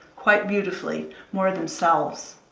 quite beautifully, more themselves.